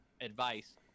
advice